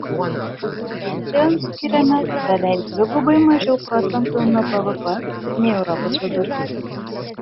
pensijoms skiriame beveik dvigubai mažiau procentų nuo bvp nei europos vidurkis